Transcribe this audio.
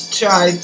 try